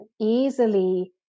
easily